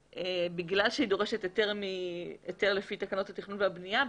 בגלל שהיא דורשת היתר לפי תקנות התכנון והבנייה,